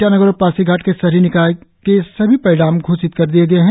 ईटानगर और पासीघाट के शहरी निकाय च्नाव के सभी परिणाम घोषित कर दिए गए है